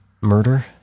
Murder